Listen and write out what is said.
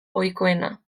ohikoena